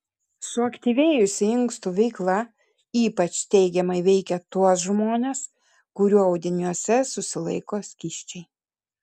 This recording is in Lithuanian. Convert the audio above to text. suaktyvėjusi inkstų veikla ypač teigiamai veikia tuos žmones kurių audiniuose susilaiko skysčiai